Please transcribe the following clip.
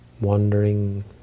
wandering